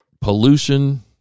pollution